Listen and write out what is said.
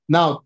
Now